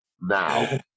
now